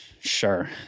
Sure